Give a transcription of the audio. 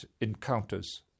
encounters